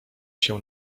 się